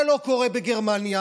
זה לא קורה בגרמניה,